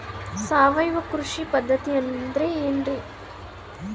ಸಾವಯವ ಕೃಷಿ ಪದ್ಧತಿ ಅಂದ್ರೆ ಏನ್ರಿ?